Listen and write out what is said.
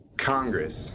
Congress